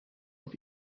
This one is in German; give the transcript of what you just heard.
auf